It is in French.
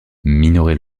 minoret